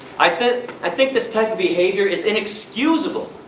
i think i think this type of behavior is inexcusable,